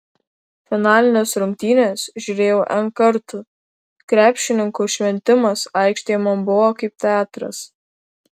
finalines rungtynes žiūrėjau n kartų krepšininkų šventimas aikštėje man buvo kaip teatras